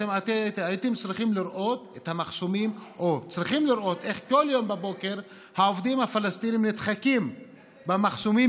אתם צריכים לראות איך כל בוקר העובדים הפלסטינים נדחקים במחסומים,